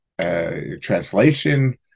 translation